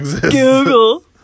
Google